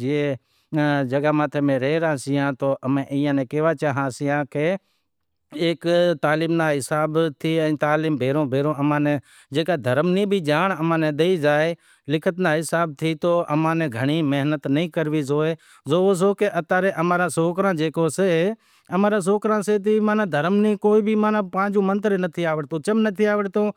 شونق کراں، کرکیٹ مین رانت سئے ہر ملک میں مین رانت سے کرکیٹ زنڑے زنڑے رو شونق سئے